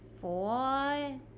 four